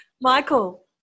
Michael